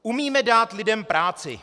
Umíme dát lidem práci.